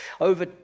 Over